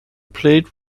played